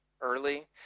early